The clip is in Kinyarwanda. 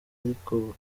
ariko